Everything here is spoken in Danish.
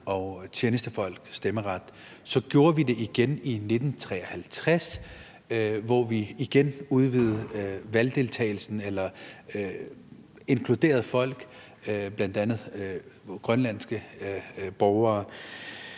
og tjenestefolk stemmeret. Så gjorde vi det igen i 1953, hvor vi igen udvidede valgdeltagelsen eller inkluderede folk, bl.a. grønlandske borgere.